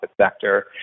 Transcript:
sector